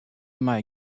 mei